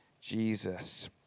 Jesus